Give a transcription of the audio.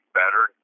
better